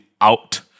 out